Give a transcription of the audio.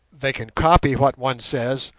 they can copy what one says,